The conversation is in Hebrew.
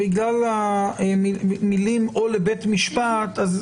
לפי תקנות 106ד ו-106ה לממונה או לבית המשפט לפי העניין".